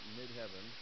mid-heaven